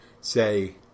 say